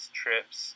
trips